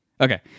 Okay